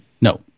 no